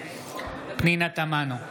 פנינה תמנו,